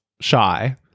shy